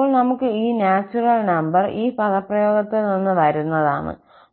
അപ്പോൾ നമുക്ക് ഈ നാച്ചുറൽ നമ്പർ ഈ പദപ്രയോഗത്തിൽ നിന്ന് വരുന്നതാണ്